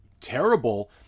terrible